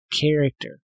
character